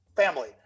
family